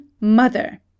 MOTHER